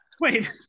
Wait